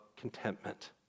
contentment